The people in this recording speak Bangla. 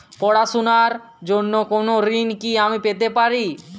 পড়াশোনা র জন্য কোনো ঋণ কি আমি পেতে পারি?